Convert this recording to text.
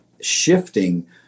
shifting